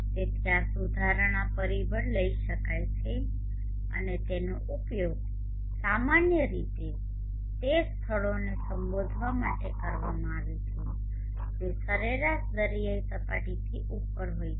તેથી આ સુધારણા પરિબળ લઈ શકાય છે અને તેનો ઉપયોગ સામાન્ય રીતે તે સ્થળોને સંબોધવા માટે કરવામાં આવે છે જે સરેરાશ દરિયાઇ સપાટીથી ઉપર હોય છે